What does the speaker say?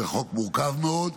זה חוק מורכב מאוד.